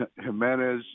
Jimenez